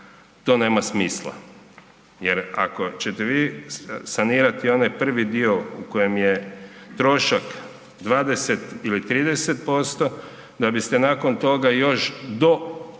to nema smisla jer ako ćete vi sanirati onaj prvi dio u kojem je trošak 20 ili 30% da biste nakon toga još dogradili